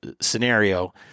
scenario